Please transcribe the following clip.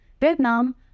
Vietnam